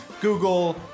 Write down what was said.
google